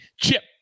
Chip